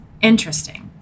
Interesting